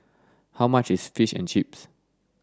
how much is Fish and Chips